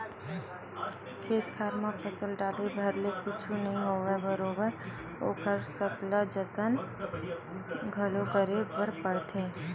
खेत खार म फसल डाले भर ले कुछु नइ होवय बरोबर ओखर सकला जतन घलो करे बर परथे